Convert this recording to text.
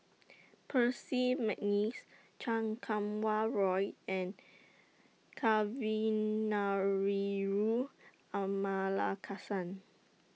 Percy Mcneice Chan Kum Wah Roy and Kavignareru Amallathasan